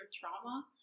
trauma